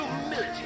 humility